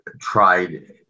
tried